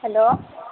hello